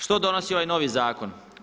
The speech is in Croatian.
Što donosi ovaj novi zakon?